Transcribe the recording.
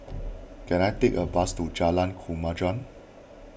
can I take a bus to Jalan Kemajuan